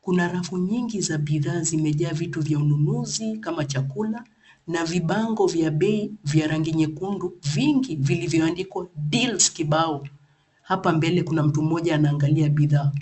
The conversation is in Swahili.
Kuna rafu nyingi za bidhaa zimejaa vitu vya ununuzi kama chakula na vibango vya bei vya rangi nyekundu vingi vilivyo andikwa (cs) deals kibao (cs). Hapa mbele kuna mtu mmoja angalia bidhaa.